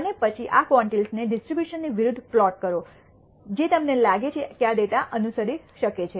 અને પછી આ ક્વોન્ટિલ્સને ડિસ્ટ્રીબ્યુશન ની વિરુદ્ધ પ્લોટ કરો છો જે તમને લાગે છે કે આ ડેટા અનુસરી શકે છે